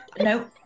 no